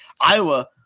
Iowa